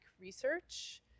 research